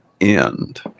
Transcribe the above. end